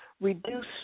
reduce